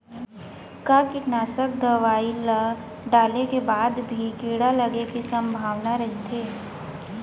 का कीटनाशक दवई ल डाले के बाद म भी कीड़ा लगे के संभावना ह रइथे?